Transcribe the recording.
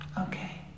Okay